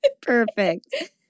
Perfect